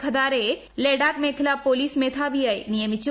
ഖദാരയെ ലഡാക്ക് മേഖല പൊലീസ് മേധാവിയായി നിയമിച്ചു